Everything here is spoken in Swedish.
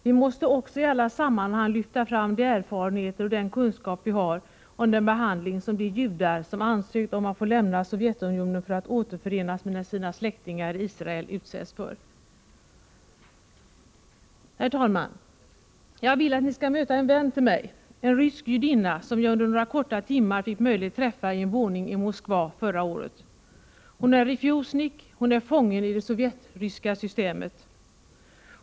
Vi måste också i alla sammanhang lyfta fram de erfarenheter och den kunskap vi har om den behandling som de judar utsätts för som ansökt om att få lämna Sovjetunionen för att återförenas med sina släktingar i Israel. Herr talman! Jag vill att ni skall möta en vän till mig, en rysk judinna, som jag under några korta timmar fick möjlighet att träffa i en våning i Moskva förra året. Hon är refusnik, hon är fången i det sovjetryska systemet.